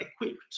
equipped